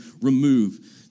remove